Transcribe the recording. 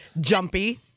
Jumpy